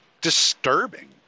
disturbing